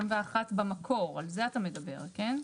21 במקור, על זה אתה מדבר, כן?